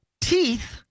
Teeth